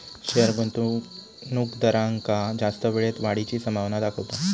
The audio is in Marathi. शेयर गुंतवणूकदारांका जास्त वेळेत वाढीची संभावना दाखवता